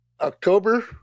October